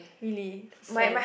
really Sam